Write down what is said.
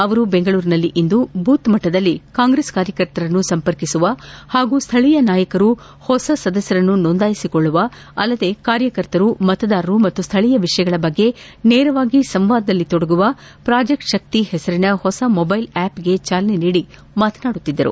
ಅವರು ಬೆಂಗಳೂರಿನಲ್ಲಿಂದು ಬೂತ್ ಮಟ್ಟದಲ್ಲಿ ಕಾಂಗ್ರೆಸ್ ಕಾರ್ಯಕರ್ತರನ್ನು ಸಂಪರ್ಕಿಸುವ ಹಾಗೂ ಸ್ಥಳೀಯ ನಾಯಕರು ಹೊಸ ಸದಸ್ಯರನ್ನು ನೋಂದಾಯಿಸಿಕೊಳ್ಳುವ ಅಲ್ಲದೆ ಕಾರ್ಯಕರ್ತರು ಮತದಾರರು ಮತ್ತು ಸ್ಥಳೀಯ ವಿಷಯಗಳ ಬಗ್ಗೆ ನೇರವಾಗಿ ಸಂವಾದದಲ್ಲಿ ತೊಡಗುವ ಪ್ರಾಜೆಕ್ಟ್ ಶಕ್ತಿ ಹೆಸರಿನ ಹೊಸ ಮೊದೈಲ್ ಆಷ್ಗೆ ಚಾಲನೆ ನೀಡಿ ಮಾತನಾಡುತ್ತಿದ್ದರು